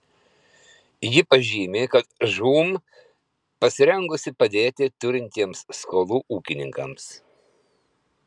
ji pažymi kad žūm pasirengusi padėti turintiems skolų ūkininkams